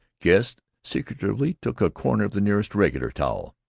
guests secretively took a corner of the nearest regular towel.